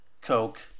Coke